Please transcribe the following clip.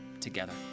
together